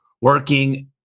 working